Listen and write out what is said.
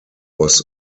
was